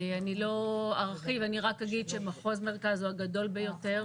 אני לא ארחיב, רק אגיד שמחוז מרכז הוא הגדול ביותר